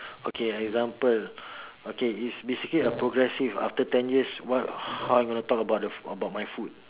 okay example okay is basically a progressive after ten years what how I'm gonna talk about the about my food